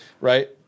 Right